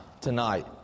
tonight